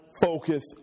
focus